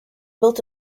built